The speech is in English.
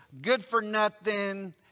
good-for-nothing